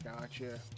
gotcha